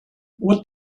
what